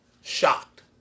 shocked